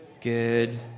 Good